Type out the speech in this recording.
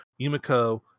Yumiko